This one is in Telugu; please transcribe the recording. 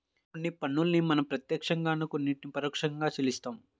కొన్ని పన్నుల్ని మనం ప్రత్యక్షంగా కొన్నిటిని పరోక్షంగా చెల్లిస్తాం